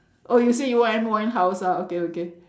oh you say you want amy-winehouse ah okay okay